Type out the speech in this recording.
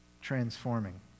transforming